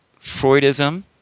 Freudism